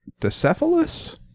decephalus